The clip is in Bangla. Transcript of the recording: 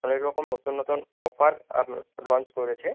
অনেক রকম নতুন নতুন অফার আপনার লঞ্চ করেছে